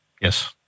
Yes